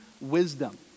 wisdom